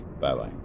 Bye-bye